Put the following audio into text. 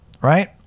Right